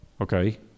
okay